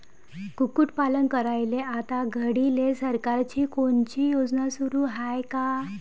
कुक्कुटपालन करायले आता घडीले सरकारची कोनची योजना सुरू हाये का?